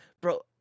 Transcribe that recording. bro